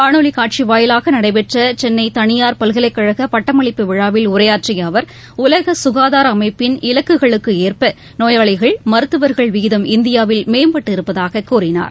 காணொலி காட்சி வாயிலாக நடைபெற்ற சென்னை தனியார் பல்கலைக்கழக பட்டமளிப்பு விழாவில் உரையாற்றிய அவர் உலக சுகாதார அமைப்பின் இலக்குகளுக்கு ஏற்ப நோயாளிகள் மருத்துவர்கள் விகிதம் இந்தியாவில் மேம்பட்டு இருப்பதாக கூறினார்